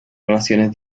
relaciones